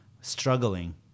struggling